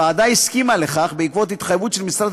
הוועדה הסכימה לכך בעקבות התחייבות של משרד